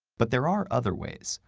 but there are other ways.